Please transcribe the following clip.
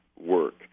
work